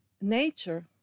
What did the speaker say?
nature